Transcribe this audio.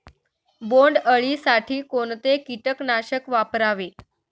बोंडअळी साठी कोणते किटकनाशक वापरावे?